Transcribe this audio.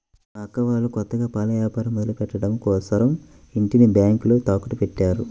మా అక్క వాళ్ళు కొత్తగా పాల వ్యాపారం మొదలుపెట్టడం కోసరం ఇంటిని బ్యేంకులో తాకట్టుపెట్టారు